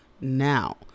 now